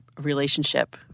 relationship